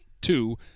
two